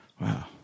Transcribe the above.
Wow